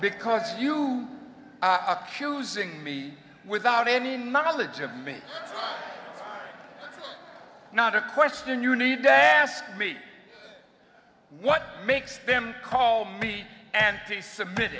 because you accusing me without any knowledge of me not a question you need to ask me what makes them call me and peace a bit